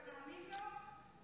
אתה מאמין לו?